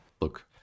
look